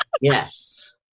Yes